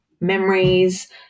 memories